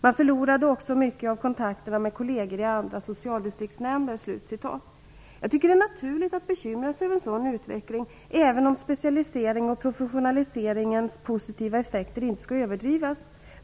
Man förlorade också mycket av kontakterna med kolleger i andra socialdistriktsnämnder." Jag tycker att det är naturligt att bekymra sig över en sådan utveckling, även om specialiseringens och professionaliseringens positiva effekter inte får överdrivas.